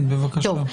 כן, בבקשה.